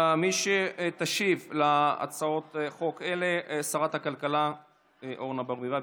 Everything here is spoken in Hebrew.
מי שתשיב על הצעות החוק האלה היא שרת הכלכלה אורנה ברביבאי.